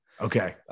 okay